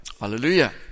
Hallelujah